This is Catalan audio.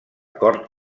cort